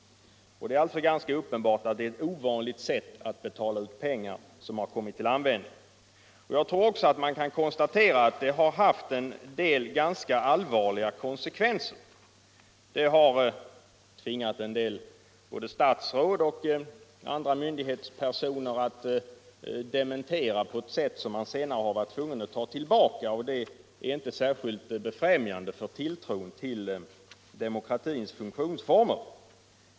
Det är alltså ganska uppenbart att det är ett ovanligt sätt att betala ut pengar som kommit till användning. Jag tror också man kan konstatera att det fått rätt allvarliga konsekvenser. Det har tvingat både statsråd och andra myndighetspersoner att utfärda dementier som man sedan blivit nödsakad att ta tillbaka. Dewua är inte särskilt beftriämjande för tilltron till demokratins funktionsformer.